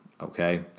okay